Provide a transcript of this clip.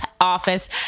Office